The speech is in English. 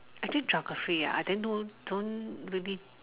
I pick geography ah I didn't know didn't really